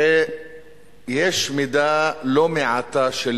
הרי יש מידה לא מעטה של